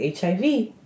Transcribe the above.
HIV